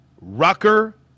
Rucker